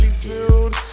dude